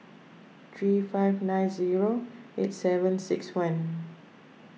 three five nine zero eight seven six one